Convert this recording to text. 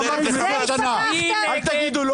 הישיבה